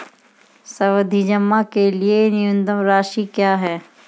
सावधि जमा के लिए न्यूनतम राशि क्या है?